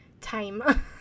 time